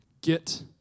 Get